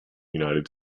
united